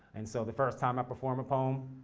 and so the first time i perform a poem,